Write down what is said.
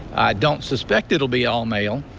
don't suspect it will be all male.